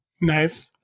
nice